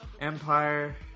Empire